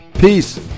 Peace